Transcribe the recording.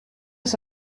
ist